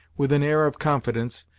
with an air of confidence,